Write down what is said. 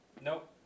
Nope